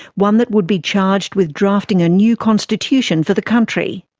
one that would be charged with drafting a new constitution for the country.